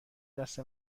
دست